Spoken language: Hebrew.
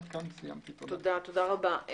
תודה רבה.